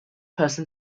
person